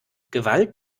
gewalt